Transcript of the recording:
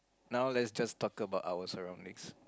now let's just talk about our surroundings